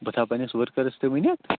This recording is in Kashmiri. بہٕ تھاو پَنٛنِس ؤرکَرَس تہِ ؤنِتھ